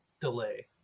delay